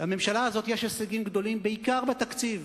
לממשלה הזאת יש הישגים גדולים, בעיקר בתקציב,